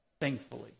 thankfully